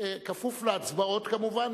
כפוף להצבעות כמובן,